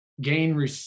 gain